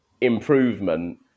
improvement